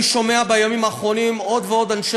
אני שומע בימים האחרונים עוד ועוד אנשי